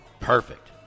Perfect